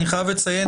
אני חייב לציין,